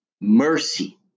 mercy